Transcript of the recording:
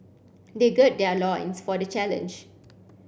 they gird their loins for the challenge